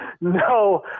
No